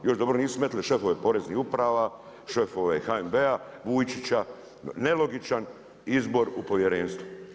Još dobro da nisu metnuli šefove poreznih uprava, šefove HNB-a, Vujčića, nelogičan izbor u povjerenstvu.